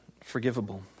forgivable